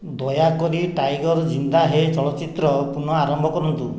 ଦୟାକରି ଟାଇଗର ଜିନ୍ଦା ହୈ ଚଳଚ୍ଚିତ୍ର ପୁନଃଆରମ୍ଭ କରନ୍ତୁ